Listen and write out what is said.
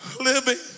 living